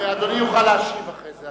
אדוני יוכל להשיב אחרי זה,